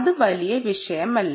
അത് വലിയ ഒരു വിഷയമല്ല